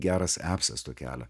geras apsas to kelio